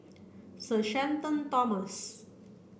Sir Shenton Thomas